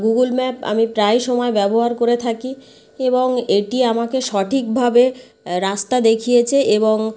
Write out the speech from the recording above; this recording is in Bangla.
গুগল ম্যাপ আমি প্রায় সময় ব্যবহার করে থাকি এবং এটি আমাকে সঠিকভাবে রাস্তা দেখিয়েছে এবং